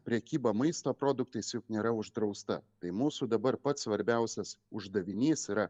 prekyba maisto produktais juk nėra uždrausta tai mūsų dabar pats svarbiausias uždavinys yra